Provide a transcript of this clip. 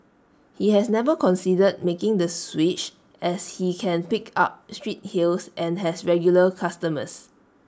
he has never considered making the switch as he can pick up street hails and has regular customers